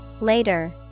Later